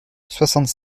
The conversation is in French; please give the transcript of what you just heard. soixante